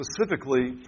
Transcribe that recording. specifically